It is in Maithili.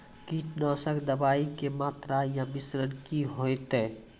कीटनासक दवाई के मात्रा या मिश्रण की हेते?